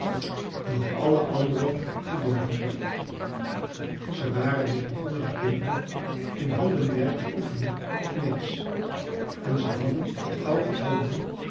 dat alle anderen te boven ging ze waren dus begonnen de kinderen in handenwerk te oefenen op nääs en ze hadden al gauw gevonden